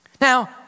Now